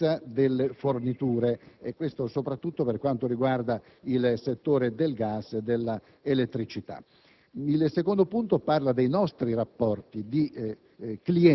la competitività, la sostenibilità, la sicurezza delle forniture, soprattutto per quanto riguarda il settore del gas e dell'elettricità.